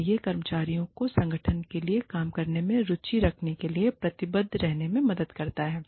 और यह कर्मचारियों को संगठन के लिए काम करने में रुचि रखने के लिए प्रतिबद्ध रहने में भी मदद करता है